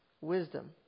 wisdom